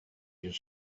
his